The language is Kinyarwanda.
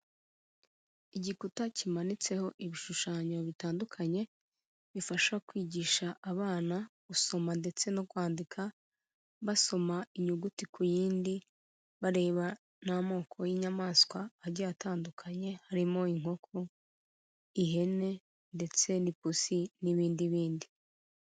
Igikuta kimanitseho ibishushanyo bitandukanye bifasha kwigisha abana gusoma ndetse no kwandika, basoma inyuguti ku yindi, bareba n'amoko y'inyamaswa agiye atandukanye harimo inkoko, ihene ndetse n'ipusi n'ibindi bindi.